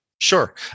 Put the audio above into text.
Sure